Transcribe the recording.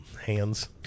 Hands